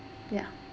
yeah